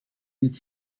youth